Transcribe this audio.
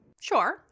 Sure